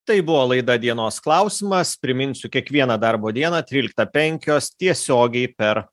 tai buvo laida dienos klausimas priminsiu kiekvieną darbo dieną tryliktą penkios tiesiogiai per